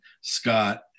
Scott